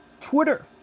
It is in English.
Twitter